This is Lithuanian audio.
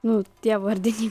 nu tie vardiniai